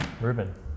Ruben